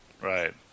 Right